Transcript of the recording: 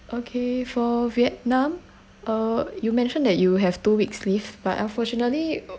okay for vietnam uh you mentioned that you have two weeks leave but unfortunately